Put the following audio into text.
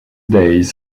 days